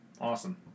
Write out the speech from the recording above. Awesome